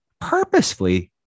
purposefully